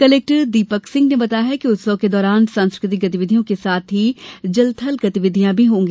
collector Deepak Singh ने बताया कि उत्सव के दौरान सांस्कृतिक गतिविधियों के साथ ही जल थल गतिविधियां भी होंगी